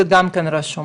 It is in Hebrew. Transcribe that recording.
זה רשום.